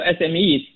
SMEs